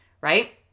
right